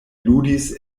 ludis